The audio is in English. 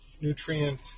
nutrient